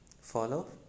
follow